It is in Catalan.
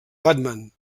batman